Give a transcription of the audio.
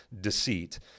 deceit